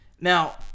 Now